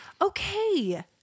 Okay